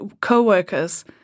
co-workers